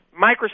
Microsoft